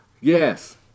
Yes